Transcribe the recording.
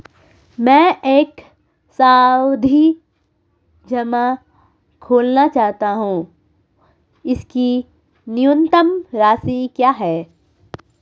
मैं एक सावधि जमा खोलना चाहता हूं इसकी न्यूनतम राशि क्या है?